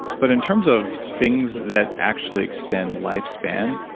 but in terms of things that actually extend lifespan,